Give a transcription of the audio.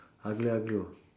aglio-olio